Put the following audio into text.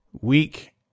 week